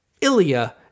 Ilya